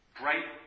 bright